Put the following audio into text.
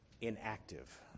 inactive